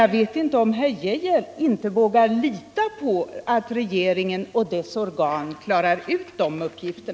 Jag vet inte om herr Arne Geijer inte vågar lita på att regeringen och dess organ klarar ut dessa uppgifter.